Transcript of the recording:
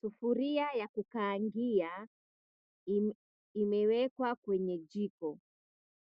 Sufuria ya kukaangia imewekwa kwenye jiko.